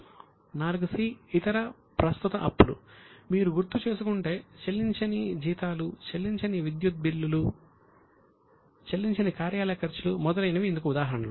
4 'c' ఇతర ప్రస్తుత అప్పులు మీరు గుర్తు చేసుకుంటే చెల్లించని జీతాలు చెల్లించని విద్యుత్ బిల్లులు చెల్లించని కార్యాలయ ఖర్చులు మొదలైనవి ఇందుకు ఉదాహరణలు